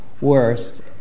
worst